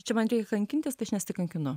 ir čia man reikia kankintis tai aš nesikankinu